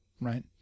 Right